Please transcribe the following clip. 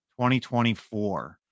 2024